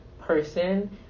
person